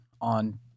on